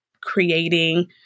creating